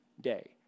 day